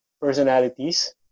personalities